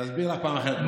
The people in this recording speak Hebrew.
נסביר לך פעם אחרת.